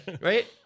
Right